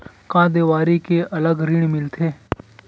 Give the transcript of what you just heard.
का देवारी के अलग ऋण मिलथे?